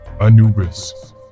Anubis